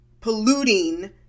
polluting